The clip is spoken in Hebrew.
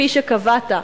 כפי שקבעת,